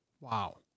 Wow